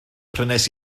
prynais